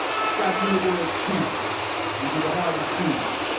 scratching the word can't into the hot and steam.